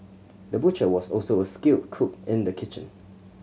the butcher was also a skilled cook in the kitchen